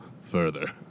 further